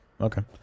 Okay